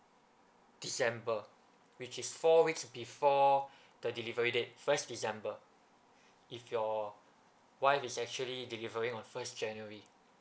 december which is four weeks before the delivery date first december if your wife is actually delivering on first january